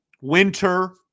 Winter